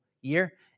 year